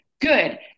Good